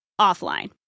offline